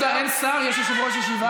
יהודה, אין שר, יש יושב-ראש ישיבה.